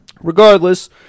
Regardless